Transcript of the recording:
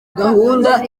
gahunda